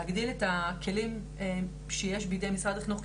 להגדיל את הכלים שיש בידי משרד החינוך,